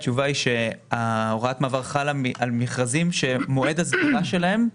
התשובה היא שהוראת המעבר חלה על מכרזים שמועד הסגירה שלהם,